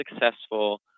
successful